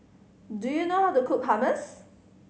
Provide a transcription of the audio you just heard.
do you know how to cook Hummus